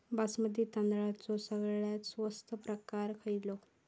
बासमती तांदळाचो सगळ्यात स्वस्त प्रकार खयलो?